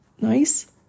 nice